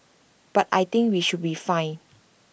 but I think we should be fine